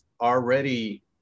already